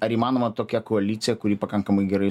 ar įmanoma tokia koalicija kuri pakankamai gerai